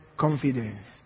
Confidence